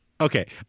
Okay